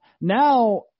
now